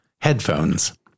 headphones